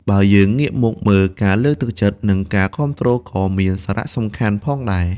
បើយើងងាកមកមើលការលើកទឹកចិត្ត និងការគាំទ្រក៏មានសារះសំខាន់ផងដែរ។